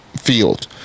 field